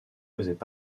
faisaient